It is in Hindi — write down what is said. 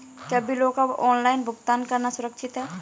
क्या बिलों का ऑनलाइन भुगतान करना सुरक्षित है?